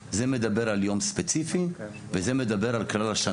זה מדבר על יום ספציפי וזה מדבר על כלל השנה.